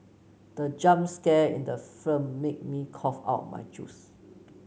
the jump scare in the film made me cough out my juice